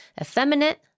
effeminate